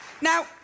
Now